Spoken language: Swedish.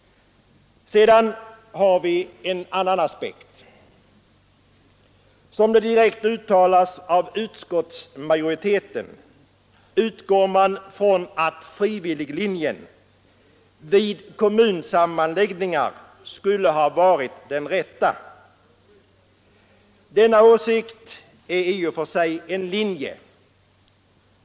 Sedan har vi en annan aspekt. Som det direkt uttalas av utskottsmajoriteten, utgår man från att frivilliglinjen vid kommunsammanläggningar skulle ha varit den rätta. Denna åsikt är i och för sig en linje.